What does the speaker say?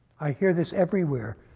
i hear this everywhere.